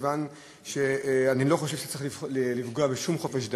מכיוון שאני לא חושב שצריך לפגוע בשום חופש דת,